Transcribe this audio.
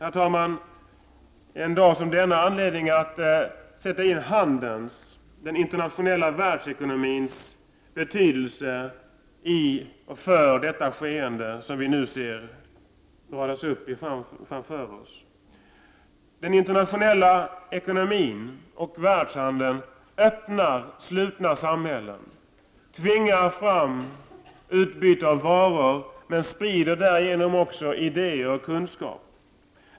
Det finns en dag som denna anledning att sätta in handelns och den internationella världsekonomins betydelse i och för detta skeende som vi nu ser målas upp inför oss. Den internationella ekonomin och världshandeln öppnar slutna samhällen, tvingar fram utbyte av varor, men sprider därigenom också idéer och kunskap.